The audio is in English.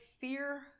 fear